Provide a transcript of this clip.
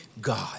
God